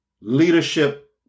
leadership